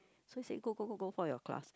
so he said go go go go for your class